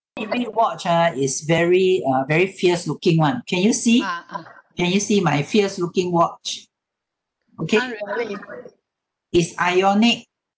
fitbit watch ah is very uh very fierce looking [one] can you see can you see my fierce looking watch okay is ionic